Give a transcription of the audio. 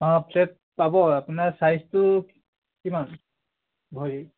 অঁ ফ্লেট পাব আপোনাৰ ছাইজটো কিমান ভৰিৰ